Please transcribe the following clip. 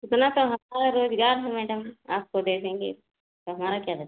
इतना तो हमारा रोज़गार है मैडम आपको दे देंगे तो हमारा क्या